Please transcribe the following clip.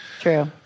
true